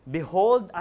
Behold